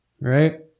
Right